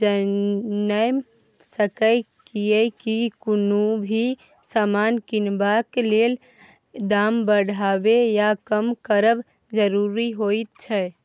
जनैम सकेए कियेकी कुनु भी समान किनबाक लेल दाम बढ़बे या कम करब जरूरी होइत छै